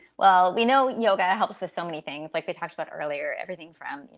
well, we know yoga helps with so many things, like we talked about earlier everything from,